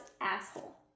asshole